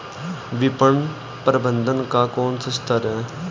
विपणन प्रबंधन का कौन सा स्तर है?